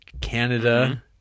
Canada